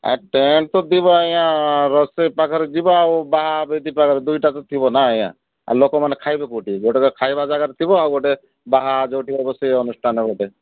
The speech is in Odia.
ଟେଣ୍ଟ୍ ତ ଆଜ୍ଞା ରୋଷେଇ ପାଖରେ ଯିବା ଆଉ ପାଖରେ ଦୁଇଟା ତ ଥିବ ନା ଆଜ୍ଞା ଲୋକମାନେ ଖାଇବେ କୋଉଠି ଗୋଟେ ଖାଇବା ଜାଗାରେ ଥିବ ଆଉ ଗୋଟେ ବାହା ଯୋଉଠି ହେବ ସେ ଅନୁଷ୍ଠାନ ଗୋଟେ